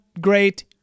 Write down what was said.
great